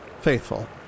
faithful